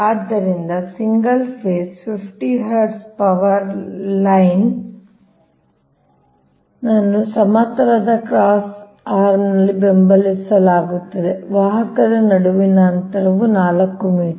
ಆದ್ದರಿಂದ single phase 50 hertz power line ಅನ್ನು ಸಮತಲವಾದ ಕ್ರಾಸ್ ಆರ್ಮ್ನಲ್ಲಿ ಬೆಂಬಲಿಸಲಾಗುತ್ತದೆ ವಾಹಕದ ನಡುವಿನ ಅಂತರವು 4 ಮೀಟರ್